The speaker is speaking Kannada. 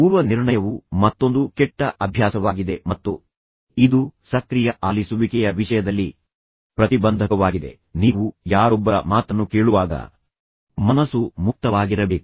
ಪೂರ್ವ ನಿರ್ಣಯವು ಮತ್ತೊಂದು ಕೆಟ್ಟ ಅಭ್ಯಾಸವಾಗಿದೆ ಮತ್ತು ಇದು ಸಕ್ರಿಯ ಆಲಿಸುವಿಕೆಯ ವಿಷಯದಲ್ಲಿ ಪ್ರತಿಬಂಧಕವಾಗಿದೆ ನೀವು ಯಾರೊಬ್ಬರ ಮಾತನ್ನು ಕೇಳುವಾಗ ಮನಸ್ಸು ಮುಕ್ತವಾಗಿರಬೇಕು